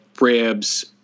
ribs